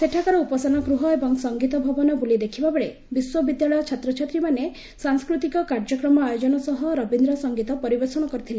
ସେଠାକାର ଉପାସନା ଗୃହ ଏବଂ ସଙ୍ଗୀତ ଭବନ ବୁଲି ଦେଖିବାବେଳେ ବିଶ୍ୱବିଦ୍ୟାଳୟ ଛାତ୍ରଛାତ୍ରୀମାନେ ସାଂସ୍କୃତିକ କାର୍ଯ୍ୟକ୍ରମ ଆୟୋଜନ ସହ ରବୀନ୍ଦ୍ର ସଙ୍ଗୀତ ପରିବେଷଣ କରିଥିଲେ